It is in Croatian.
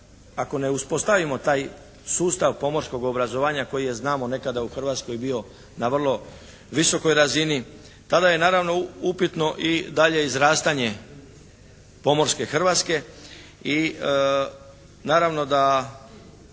Ako ne uspostavimo taj sustav pomorskog obrazovanja koji je znamo nekada u Hrvatskoj bio na vrlo visokoj razini, tada je naravno upitno i dalje izrastanje pomorske Hrvatske i naravno da